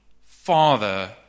father